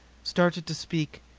started to speak,